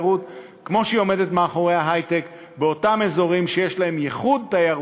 זה הפועל היוצא של דחיית גיל